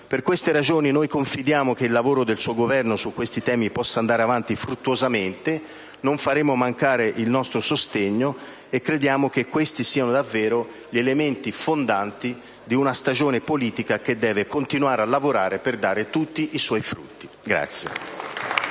Per queste ragioni confidiamo che il lavoro del suo Governo su questi temi possa andare avanti fruttuosamente, non faremo mancare il nostro sostegno e crediamo che questi siano davvero gli elementi fondanti di una stagione politica che deve continuare a lavorare per dare tutti i suoi frutti.